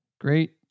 Great